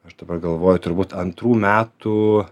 aš dabar galvoju turbūt antrų metų